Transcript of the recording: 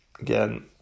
again